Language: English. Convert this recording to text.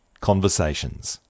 conversations